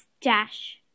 dash